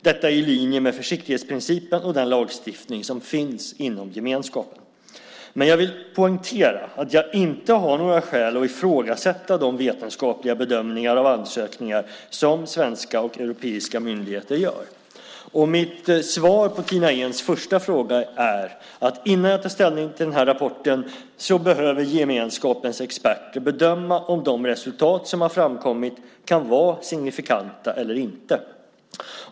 Detta är i linje med försiktighetsprincipen och den lagstiftning som finns inom gemenskapen. Jag vill poängtera att jag inte har några skäl att ifrågasätta de vetenskapliga bedömningar av ansökningar som svenska och europeiska myndigheter gör. Mitt svar på Tina Ehns första fråga är att innan jag tar ställning till den här rapporten behöver gemenskapens experter bedöma om de resultat som har framkommit kan vara signifikanta eller inte.